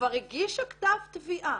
וכבר הגישה כתב תביעה,